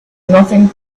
nothing